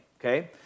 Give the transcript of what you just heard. okay